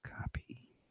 Copy